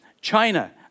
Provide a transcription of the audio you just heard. China